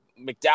McDowell